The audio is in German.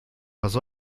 pass